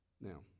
Now